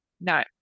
No